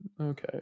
Okay